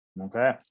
okay